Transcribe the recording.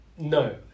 no